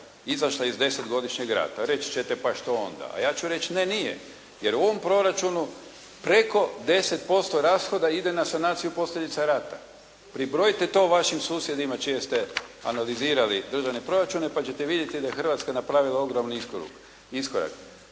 izašla iz desetgodišnjeg rata. Reći ćete, pa što onda, a ja ću reći, ne nije, jer u ovom proračunu preko 10% rashoda ide na sanaciju posljedica rata. Pribrojite to vašim susjedima čije ste analizirali državne proračune, pa ćete vidjeti da je Hrvatska napravila ogroman iskorak.